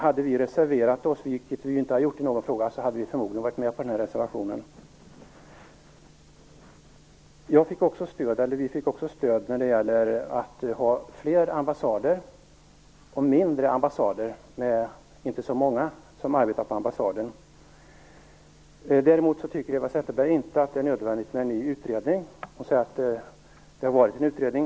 Hade vi reserverat oss, vilket vi ju inte har gjort i någon fråga, hade vi troligen ställt oss bakom den här reservationen. Vi fick också stöd när det gäller att ha fler och mindre ambassader, med mindre personal. Däremot tyckte Eva Zetterberg inte att det är nödvändigt med en ny utredning. Hon säger att det har gjorts en utredning.